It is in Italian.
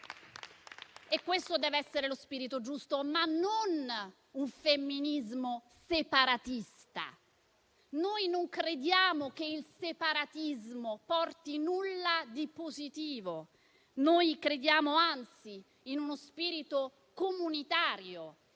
Questo deve essere lo spirito giusto, non un femminismo separatista. Noi crediamo che il separatismo non porti a nulla di positivo. Crediamo invece in uno spirito comunitario,